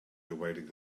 awaiting